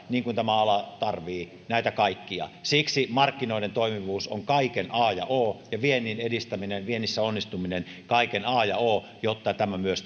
mitä tämä ala tarvitsee näitä kaikkia siksi markkinoiden toimivuus on kaiken a ja o ja viennin edistäminen ja viennissä onnistuminen on kaiken a ja o jotta tämä myös